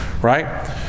right